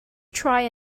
try